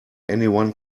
anyone